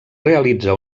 realitza